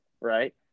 Right